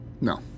No